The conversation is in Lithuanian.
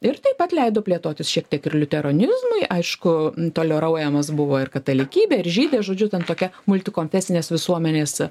ir taip pat leido plėtotis šiek tiek ir liuteronizmui aišku toleruojamos buvo ir katalikybė ir žydai žodžiu ten tokia multi konfesinės visuomenės